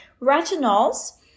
retinols